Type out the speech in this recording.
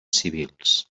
civils